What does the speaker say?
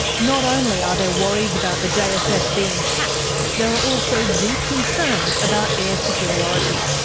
not only are there worries about the jsf being hacked, there are also deep concerns about air superiority.